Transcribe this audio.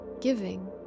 giving